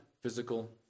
physical